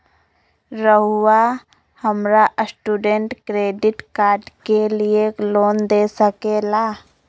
रहुआ हमरा student credit card के लिए लोन दे सके ला?